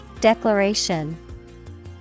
Declaration